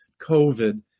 COVID